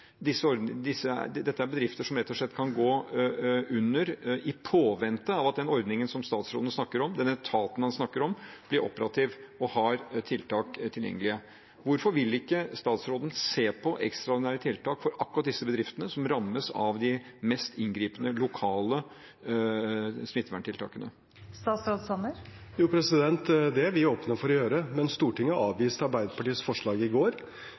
Dette er bedrifter som rett og slett kan gå under i påvente av at den ordningen og den etaten som statsråden snakker om, blir operative og har tiltak tilgjengelige. Hvorfor vil ikke statsråden se på ekstraordinære tiltak for akkurat disse bedriftene, som rammes av de mest inngripende lokale smitteverntiltakene? Det er vi åpne for å gjøre. Men Stortinget avviste Arbeiderpartiets forslag i går,